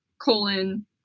colon